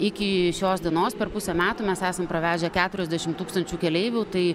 iki šios dienos per pusę metų mes esam pravežę keturiasdešim tūkstančių keleivių tai